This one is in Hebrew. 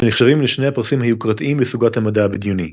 שנחשבים לשני הפרסים היוקרתיים בסוגת המדע הבדיוני.